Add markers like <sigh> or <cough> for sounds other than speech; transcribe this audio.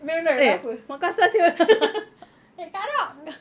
no no no kenapa <laughs> eh kak